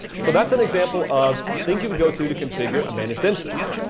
so that's an example of things you would go through to configure a managed instance.